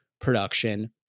production